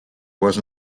was